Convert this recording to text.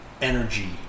energy